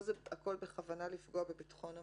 פה הכול זה בכוונה לפגוע בביטחון המדינה.